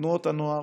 בתנועות הנוער,